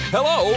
Hello